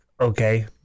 okay